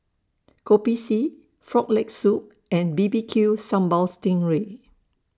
Kopi C Frog Leg Soup and B B Q Sambal Sting Ray